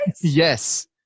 Yes